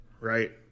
right